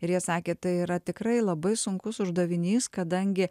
ir jie sakė tai yra tikrai labai sunkus uždavinys kadangi